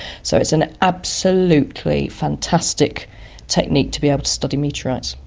so it's an absolutely fantastic technique to be able to study meteorites.